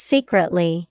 Secretly